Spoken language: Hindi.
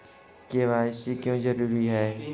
के.वाई.सी क्यों जरूरी है?